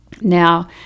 Now